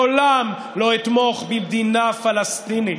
לעולם לא אתמוך במדינה פלסטינית.